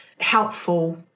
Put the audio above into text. Helpful